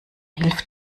hilf